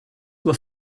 were